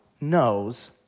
knows